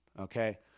okay